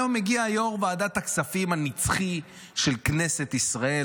היום הגיע יו"ר ועדת הכספים הנצחי של כנסת ישראל,